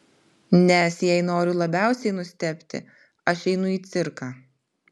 nes jei noriu labiausiai nustebti aš einu į cirką